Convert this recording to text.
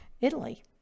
Italy